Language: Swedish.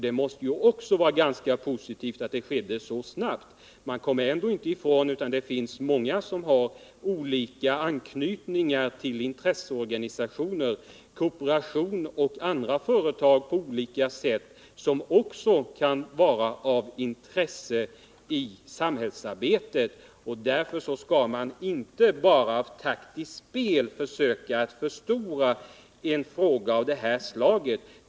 Det måste vara positivt att avyttrandet skedde så snabbt. Man kan ändå inte komma ifrån att det finns många som har anknytningar till olika intresseorganisationer, kooperationen och andra företag, som på olika sätt kan vara av intresse i samhällsarbetet. Därför skall man inte bara genom taktiskt spel försöka förstora en fråga av det här slaget.